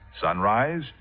sunrise